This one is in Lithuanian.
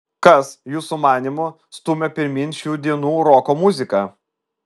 kas jūsų manymu stumia pirmyn šių dienų roko muziką